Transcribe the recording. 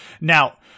Now